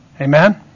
Amen